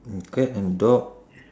cat and dog